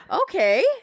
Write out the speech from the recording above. Okay